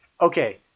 okay